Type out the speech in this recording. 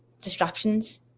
distractions